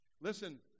Listen